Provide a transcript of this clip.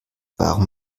warum